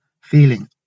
feeling